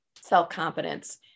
self-confidence